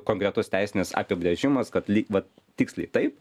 konkretus teisinis apibrėžimas kad lyg vat tiksliai taip